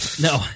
No